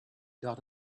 dot